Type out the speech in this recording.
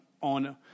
on